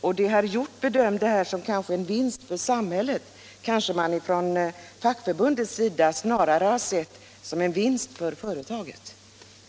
Det som herr Hjorth bedömde som en vinst för samhället kanske fackförbundet snarare har sett som en vinst för företaget.